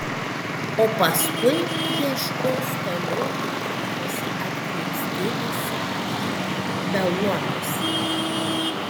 o paskui ieškos toliau ir tikriausiai atkreips dėmesį į beluomius